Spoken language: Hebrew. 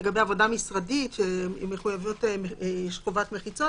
לגבי עבודה משרדית שיש חובת מחיצות,